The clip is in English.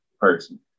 person